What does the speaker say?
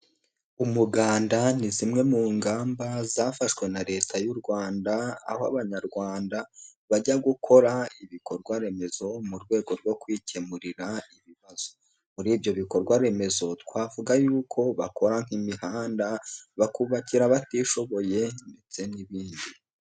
Umuganda ni zimwe mu ngamba zafashwe na leta y'u Rwanda, aho abanyarwanda bajya gukora ibikorwaremezo mu rwego rwo kwikemurira ibibazo. Muri ibyo bikorwaremezo twavuga yuko bakora nk'imihanda, bakubakira abatishoboye ndetse n'ibindi.